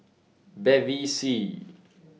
Bevy C